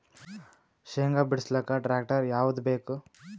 ಶೇಂಗಾ ಬಿಡಸಲಕ್ಕ ಟ್ಟ್ರ್ಯಾಕ್ಟರ್ ಯಾವದ ಬೇಕು?